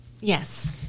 Yes